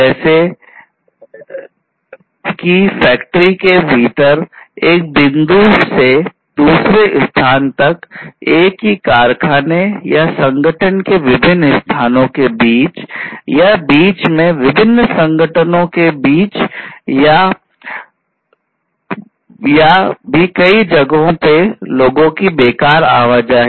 जैसे कि फैक्ट्री के भीतर एक बिंदु से दूसरे स्थान तक एक ही कारखाने या संगठन के विभिन्न स्थानों के बीच या बीच में विभिन्न संगठनों के बीच या और भी कई जगहों पर लोगों की बेकार आवाजाही